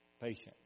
patient